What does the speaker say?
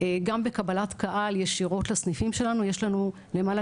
גם בקבלת קהל ישירות לסניפים שלנו יש לנו למעלה